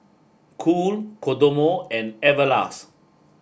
cool Kodomo and Everlast